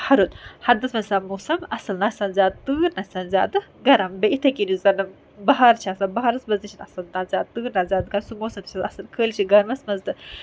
ہَرُد ہدَس منٛز چھُ آسان موسَم اَصٕل نہ آسان زیادٕ تۭر نہ آسان زیادٕ گَرم بیٚیہِ اِتھے کٔنۍ زَن بہار چھُ آسان بَہارَس منٛز تہِ چھِ نہٕ تَتھ زیادٕ تۭر نہ زیادٕ گَرم سُہ موسَم چھُ آسان اَصل خٲلی چھِ گَرمَس منٛز تہٕ